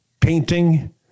painting